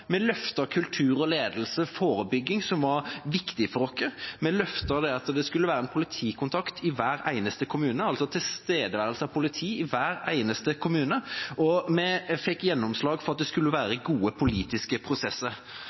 Vi løftet kultur, ledelse og forebygging, som var viktig for oss. Vi løftet at det skulle være en politikontakt i hver eneste kommune, altså tilstedeværelse av politi i hver eneste kommune. Og vi fikk gjennomslag for at det skulle være gode politiske prosesser,